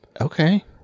Okay